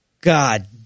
God